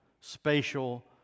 spatial